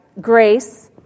Grace